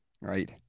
Right